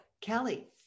Kelly